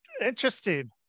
Interesting